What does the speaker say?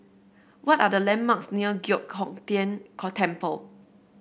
what are the landmarks near Giok Hong Tian Temple